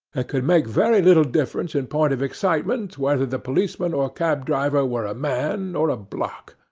it could make very little difference in point of excitement whether the policeman or cab-driver were a man or a block.